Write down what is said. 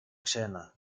ξένα